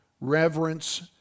reverence